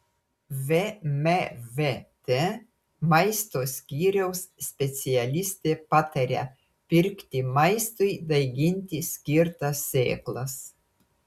vmvt maisto skyriaus specialistė pataria pirkti maistui daiginti skirtas sėklas